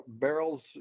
barrels